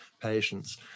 patients